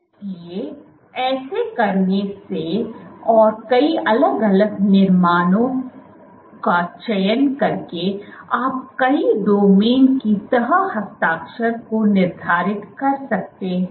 इसलिए ऐसा करने से और कई अलग अलग निर्माणों का चयन करके आप कई डोमेन के तह हस्ताक्षर को निर्धारित कर सकते हैं